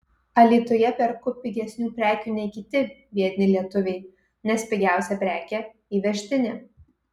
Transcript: alytuje perku pigesnių prekių nei kiti biedni lietuviai nes pigiausia prekė įvežtinė